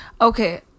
okay